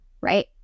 Right